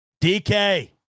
DK